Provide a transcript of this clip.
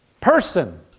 person